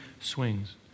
swings